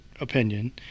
opinion